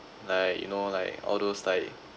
like you know like all those like